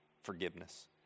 forgiveness